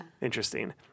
interesting